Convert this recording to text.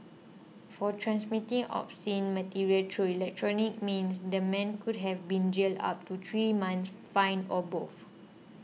for transmitting obscene material through electronic means the man could have been jailed up to three months fined or both